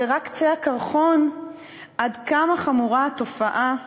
זה רק קצה הקרחון עד כמה חמורה התופעה של,